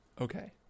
Okay